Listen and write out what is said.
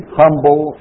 humble